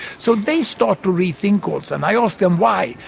so they start to rethink also, and i asked them why?